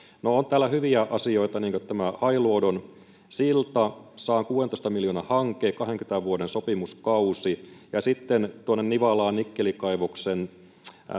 no on täällä hyviä asioita niin kuin tämä hailuodon silta sadankuudentoista miljoonan hanke kahdenkymmenen vuoden sopimuskausi ja sitten tuonne nivalaan nikkelikaivoksen